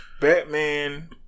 Batman